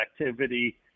activity